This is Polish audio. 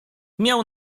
miał